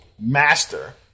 master